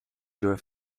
your